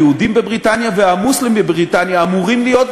היהודים בבריטניה והמוסלמים בבריטניה אמורים להיות,